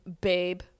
babe